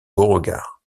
beauregard